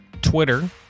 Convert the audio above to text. Twitter